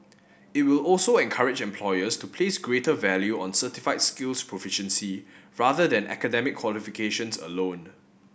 it will also encourage employers to place greater value on certified skills proficiency rather than academic qualifications alone